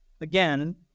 Again